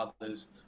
others